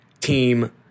team